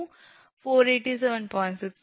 934 572